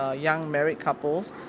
ah young married couples,